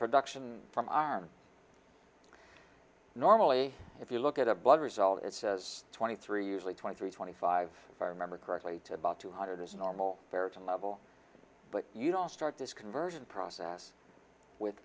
production from arm normally if you look at a blood result it says twenty three usually twenty three twenty five by remember correctly to about two hundred is a normal karajan level but you don't start this conversion process with